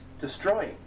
destroying